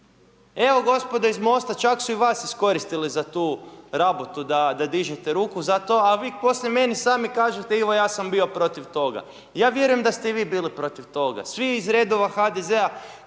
evo gospodo iz MOST-a čak su i vas iskoristili za tu rabotu da dižete ruku za to, a vi poslije meni sami kažete Ivo ja sam bio protiv toga. Ja vjerujem da ste i vi bili protiv toga svi iz redova iz HDZ-a